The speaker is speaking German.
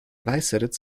weißeritz